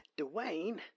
Dwayne